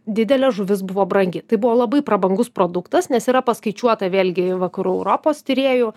didelė žuvis buvo brangi tai buvo labai prabangus produktas nes yra paskaičiuota vėlgi vakarų europos tyrėjų